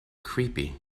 creepy